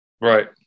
Right